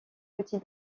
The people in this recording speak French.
petit